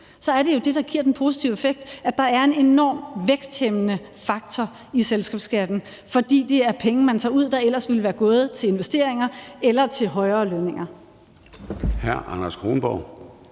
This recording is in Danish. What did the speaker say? Det er jo det, der giver den positive effekt, og der er en enorm, væksthæmmende faktor i selskabsskatten, fordi det er penge, man tager ud, der ellers ville være gået til investeringer eller til højere lønninger. Kl.